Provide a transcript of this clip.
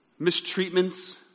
mistreatments